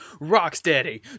rocksteady